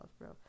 bro